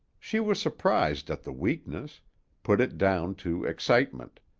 she was surprised at the weakness put it down to excitement.